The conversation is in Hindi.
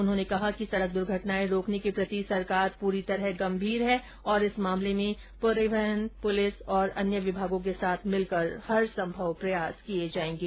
उन्होंने कहा कि सड़क दूर्घटनाएं रोकने के प्रति सरकार पूरी तरह गंभीर है तथा इस मामले में परिवहन पुलिस और अन्य विभागों के साथ मिलकर हरसंभव प्रयास किये जायेंगे